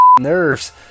nerves